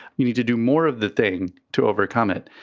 you need to do more of the thing to overcome it.